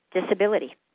disability